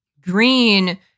Green